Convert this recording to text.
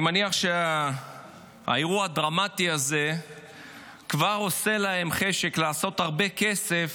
אני מניח שהאירוע הדרמטי הזה כבר עושה להם חשק לעשות הרבה כסף